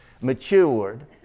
matured